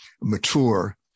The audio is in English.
mature